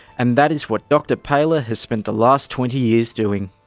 and that is what dr phoeler has spent the last twenty years doing.